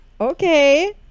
Okay